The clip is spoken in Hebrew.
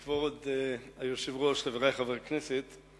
כבוד היושב-ראש, חברי חברי הכנסת,